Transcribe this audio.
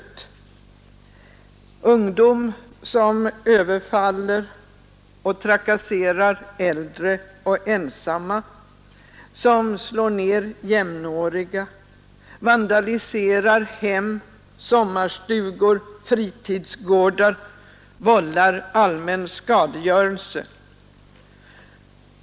Det gäller ungdom som överfaller och trakasserar äldre och ensamma, som slår ned jämnåriga, vandaliserar hem, sommarstugor och fritidsgårdar, som vållar allmän skadegörelse.